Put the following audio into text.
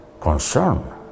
concern